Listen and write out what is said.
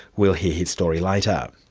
we'll hear his story later.